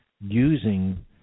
using